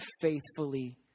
faithfully